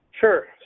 Sure